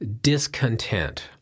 discontent